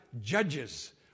judges